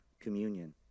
communion